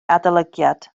adolygiad